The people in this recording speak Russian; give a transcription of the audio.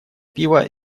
пива